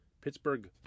Pittsburgh